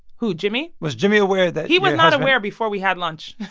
who? jimmy? was jimmy aware that. he was not aware before we had lunch